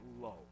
low